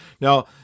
Now